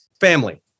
family